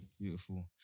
Beautiful